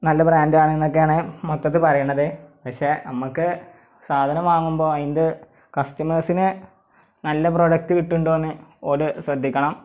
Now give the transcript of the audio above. നല്ല ബ്രാൻഡാണ് എന്നൊക്കെയാണ് മൊത്തത്തിൽ പറയുന്നത് പക്ഷേ അമ്മക്ക് സാധനം വാങ്ങുമ്പോൾ അതിൻ്റെ കസ്റ്റമേസിനെ നല്ല പ്രൊഡക്ട് കിട്ടുന്നുണ്ടോ എന്ന് അവർ ശ്രദ്ധിക്കണം